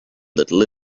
little